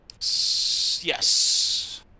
Yes